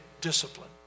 discipline